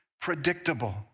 predictable